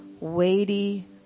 weighty